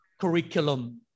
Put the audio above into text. curriculum